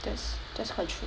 that's that's quite true